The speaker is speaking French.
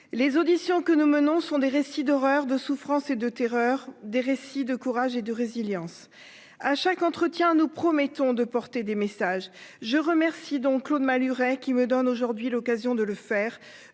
Les auditions que nous menons sont des récits d'horreur de souffrance et de terreur des récits de courage et de résilience à chaque entretien. Nous promettons de porter des messages je remercie donc Claude Malhuret, qui me donne aujourd'hui l'occasion de le faire